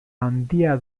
handia